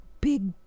big